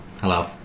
Hello